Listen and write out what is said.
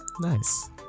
nice